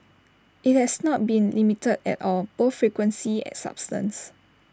IT has not been limited at all both frequency and substance